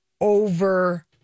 over